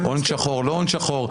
הון שחור, לא הון שחור.